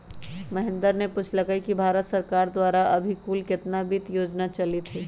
महेंद्र ने पूछल कई कि भारत सरकार द्वारा अभी कुल कितना वित्त योजना चलीत हई?